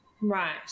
Right